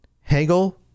Hegel